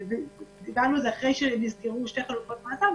דיברנו על זה אחרי שנסגרו שתי חלופות מעצר,